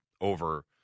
over